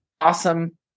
awesome